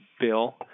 bill